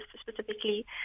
specifically